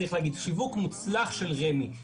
צריך להגיד שיווק מוצלח של רמ"י,